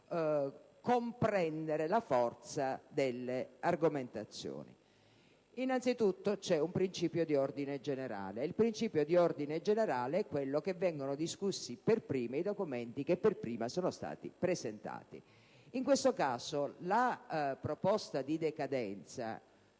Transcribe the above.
comprendere la forza delle argomentazioni. Innanzitutto, c'è un principio di ordine generale, in base al quale vengono discussi per primi i documenti che per primi sono stati presentati. In questo caso, credo che la proposta di decadenza